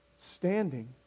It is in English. standing